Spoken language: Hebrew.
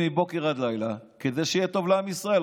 מבוקר עד לילה כדי שיהיה טוב לעם ישראל.